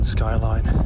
skyline